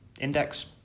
index